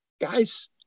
guys